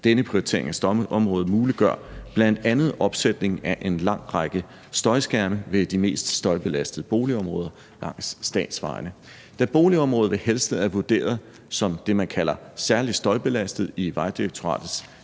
Denne prioritering af støjområdet muliggør bl.a. opsætning af en lang række støjskærme ved de mest støjbelastede boligområder langs statsvejene. Da boligområdet ved Helsted er vurderet som det, man kalder særlig støjbelastet i Vejdirektoratets